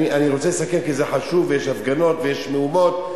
אני רוצה לסכם כי זה חשוב, ויש הפגנות ויש מהומות.